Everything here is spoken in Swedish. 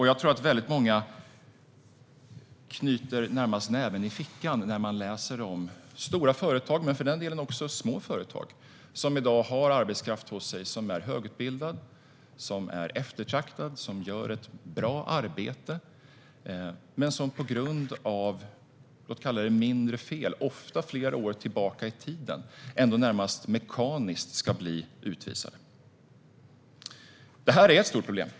Jag tror att många närmast knyter näven i fickan när de läser om stora men också små företag som i dag har högutbildad och eftertraktad arbetskraft som gör ett bra arbete men som på grund av mindre fel, ofta begångna flera år tillbaka i tiden, närmast mekaniskt ska utvisas. Det är ett stort problem.